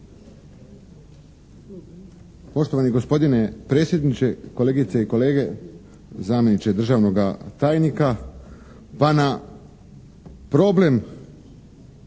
Poštovani gospodine predsjedniče, kolegice i kolege, zamjeniče državnoga tajnika! Pa na problem